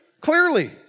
clearly